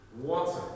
water